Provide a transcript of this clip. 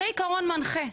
זה עיקרון מנחה.